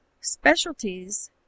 specialties